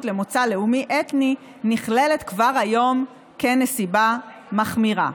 למוצא לאומי אתני נכללת כבר היום כנסיבה מחמירה.